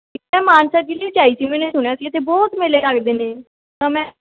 ਮੈਂ ਮਾਨਸਾ ਜ਼ਿਲ੍ਹੇ 'ਚ ਆਈ ਸੀ ਮੈਨੇ ਸੁਣਿਆ ਸੀ ਇੱਥੇ ਬਹੁਤ ਮੇਲੇ ਲੱਗਦੇ ਨੇ ਤਾਂ ਮੈਂ